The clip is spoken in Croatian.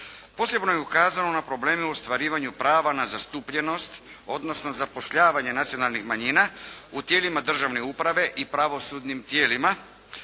Posebno je ukazano na probleme u ostvarivanju prava na zastupljenost odnosno zapošljavanje nacionalnih manjina u tijelima državne uprave i pravosudnim tijelima